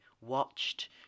watched